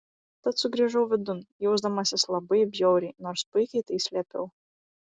tad sugrįžau vidun jausdamasis labai bjauriai nors puikiai tai slėpiau